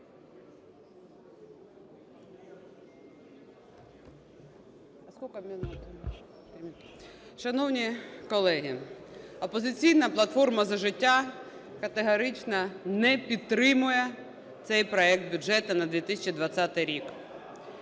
Шановні колеги, "Опозиційна платформа – За життя" категорично не підтримує цей проект бюджету на 2020 рік.